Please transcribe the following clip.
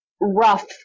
rough